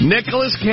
Nicholas